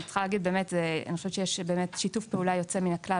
אני צריכה להגיד שאני חושבת שיש באמת שיתוף פעולה יוצא מן הכלל,